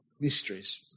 mysteries